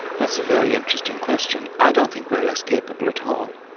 that's a very interesting question. i don't think we're less capable at all.